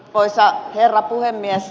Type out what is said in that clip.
arvoisa herra puhemies